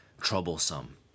troublesome